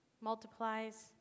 multiplies